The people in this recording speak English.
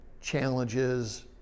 challenges